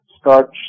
start